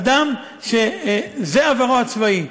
אדם שזה עברו הצבאי,